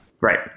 Right